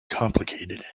complicated